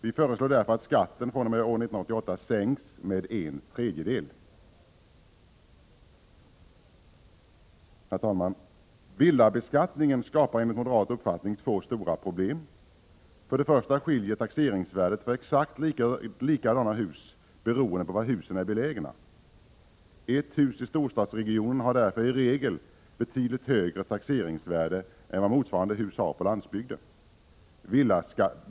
Vi föreslår därför att skatten fr.o.m. 1988 sänks med en tredjedel. Herr talman! Villabeskattningen skapar enligt moderat uppfattning två stora problem. För det första skiljer sig taxeringsvärdena för exakt likadana hus beroende på var husen är belägna. Ett hus i storstadsregionen har sålunda i regel betydligt högre taxeringsvärde än vad motsvarande hus har på landsbygden.